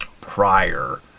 prior